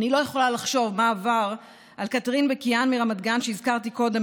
לא יכולה לחשוב מה עבר על קתרין וקיאן מרמת גן שהזכרתי קודם,